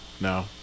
No